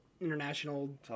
International